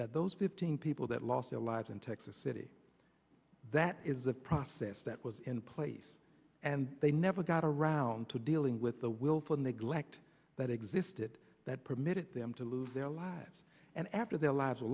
that those between people that lost their lives in texas city that is a process that was in place and they never got around to dealing with the willful neglect that existed that permitted them to live their lives and after their lives